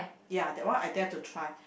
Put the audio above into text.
ya that one I dare to try